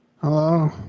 Hello